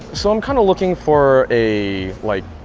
so i'm kind of looking for a, like,